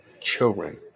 children